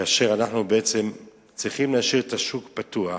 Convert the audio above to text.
כאשר אנחנו בעצם צריכים להשאיר את השוק פתוח,